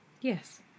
Yes